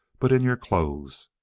but in your clothes.